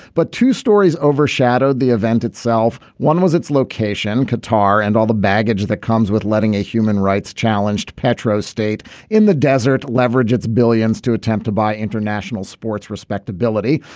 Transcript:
but two stories overshadowed the event itself. one was its location in qatar and all the baggage that comes with letting a human rights challenged petro state in the desert leverage its billions to attempt to buy international sports respectability.